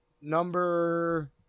number